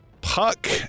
Puck